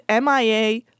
MIA